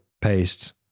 paste